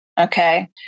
Okay